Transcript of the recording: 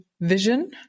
vision